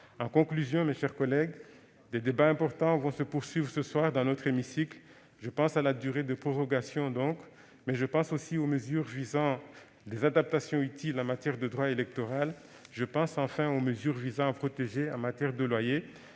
En conclusion, mes chers collègues, je dirai que des débats importants vont se poursuivre ce soir dans l'hémicycle. Je pense à la durée de prorogation, mais aussi aux mesures visant les adaptations utiles en matière de droit électoral. Je pense enfin aux mesures visant à protéger, s'agissant des loyers,